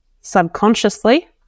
Subconsciously